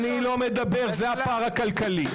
אני לא מדבר, זה הפער הכלכלי.